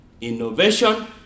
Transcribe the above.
innovation